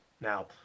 Now